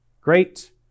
great